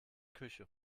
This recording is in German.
küche